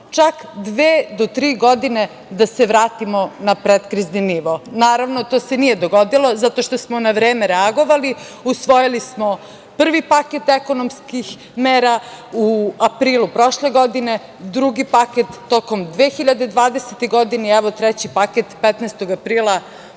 čak dve do tri godine da se vratimo na predkrizni nivo. Naravno, to se nije dogodilo zato što smo na vreme reagovali, usvojili smo prvi paket ekonomskih mera u aprilu prošle godine, drugi paket tokom 2020. godine i evo treći paket 15. aprila